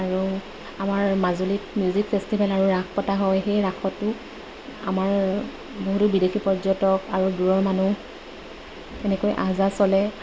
আৰু আমাৰ মাজুলীত মিউজিক ফেষ্টিভেল আৰু ৰাস পতা হয় সেই ৰাসতো আমাৰ বহুতো বিদেশী পৰ্যটক আৰু দূৰৰ মানুহ এনেকৈ আহযাহ চলে